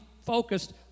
focused